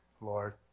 Lord